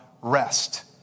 rest